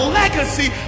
legacy